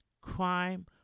crime